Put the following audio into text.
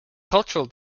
cultural